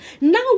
Now